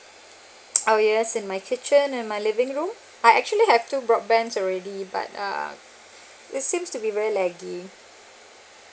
oh yes in my kitchen and my living room I actually have two broadband already but ah it seems to be very laggy